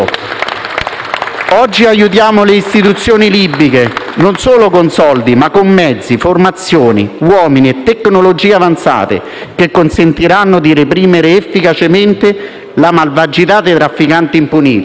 Oggi aiutiamo le istituzioni libiche, non solo con soldi ma con mezzi, formazione, uomini e tecnologie avanzate che consentiranno di reprimere efficacemente la malvagità dei trafficanti impuniti.